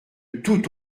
tout